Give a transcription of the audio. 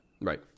Right